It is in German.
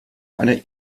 einer